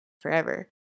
forever